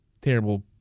terrible